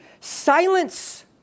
silence